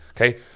Okay